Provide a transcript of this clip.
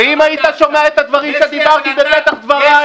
--- ואם היית שומע את הדברים שדירתי בפתח דבריי